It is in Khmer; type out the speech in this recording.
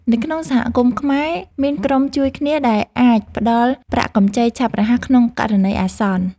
នៅក្នុងសហគមន៍ខ្មែរ មានក្រុមជួយគ្នាដែលអាចផ្តល់ប្រាក់កម្ចីឆាប់រហ័សក្នុងករណីអាសន្ន។